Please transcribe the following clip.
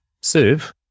serve